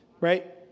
right